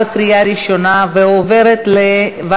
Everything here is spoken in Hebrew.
(יחסי מין תוך ניצול תלות נפשית ממשית